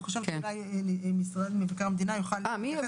נציגי משרד מבקר המדינה יוכלו להתייחס